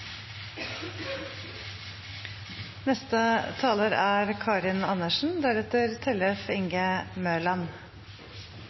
Neste taler er